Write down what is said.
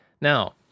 now